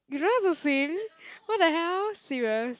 you don't know how to swim what the hell serious